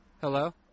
Hello